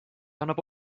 annab